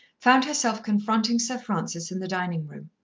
found herself confronting sir francis in the dining-room.